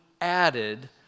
added